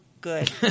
good